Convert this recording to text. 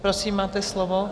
Prosím, máte slovo.